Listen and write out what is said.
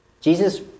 Jesus